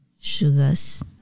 Sugars